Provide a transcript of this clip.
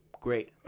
great